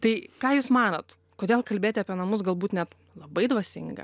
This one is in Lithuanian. tai ką jūs manot kodėl kalbėti apie namus galbūt net labai dvasinga